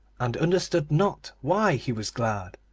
and understood not why he was glad.